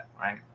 right